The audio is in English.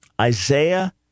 Isaiah